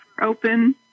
open